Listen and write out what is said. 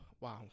wow